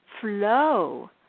flow